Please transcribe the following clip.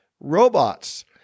robots